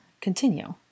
Continue